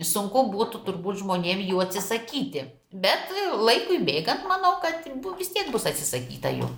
sunku būtų turbūt žmonėms jų atsisakyti bet laikui bėgant manau kad bu vis tiek bus atsisakyta jų